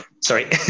Sorry